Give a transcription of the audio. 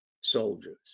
soldiers